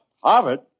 Harvard